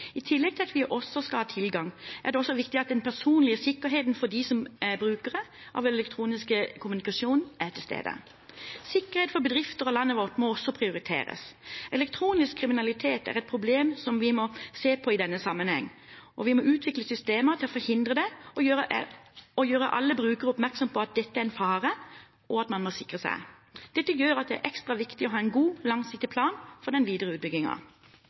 I tillegg til at vi skal ha tilgang, er det også viktig at den personlige sikkerheten for dem som er brukere av elektronisk kommunikasjon, er til stede. Sikkerhet for bedrifter og landet vårt må også prioriteres. Elektronisk kriminalitet er et problem vi må se på i denne sammenhengen. Vi må utvikle systemer til å forhindre det og gjøre alle brukere oppmerksom på at dette er en fare, og at man må sikre seg. Dette gjør at det er ekstra viktig å ha en god og langsiktig plan for den videre